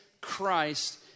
Christ